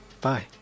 bye